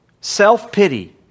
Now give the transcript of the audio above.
Self-pity